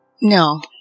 No